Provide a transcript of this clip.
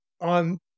On